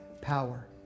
power